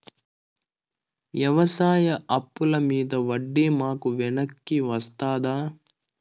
వ్యవసాయ అప్పుల మీద వడ్డీ మాకు వెనక్కి వస్తదా?